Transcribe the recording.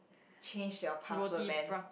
change your password man